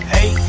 Hey